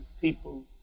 people